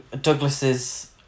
Douglas's